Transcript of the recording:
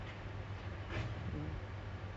I prefer to